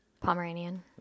pomeranian